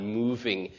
moving